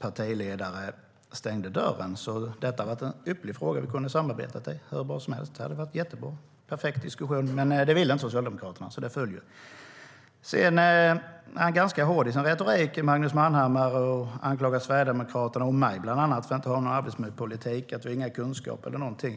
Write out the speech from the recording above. partiledare stängde dörren. Detta hade varit en ypperlig fråga som vi kunnat samarbeta om hur bra som helst med perfekta diskussioner. Det hade varit jättebra. Men det ville inte Socialdemokraterna, så det föll. Magnus Manhammar är ganska hård i sin retorik. Han anklagar Sverigedemokraterna och bland annat mig för att inte ha någon arbetsmiljöpolitik och för att sakna kunskaper.